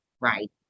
right